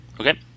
Okay